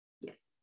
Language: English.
Yes